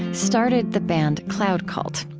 started the band cloud cult.